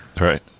Right